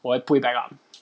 我会 pull it back up